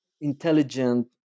intelligent